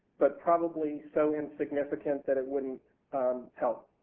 but probably so insignificant that it wouldnit help.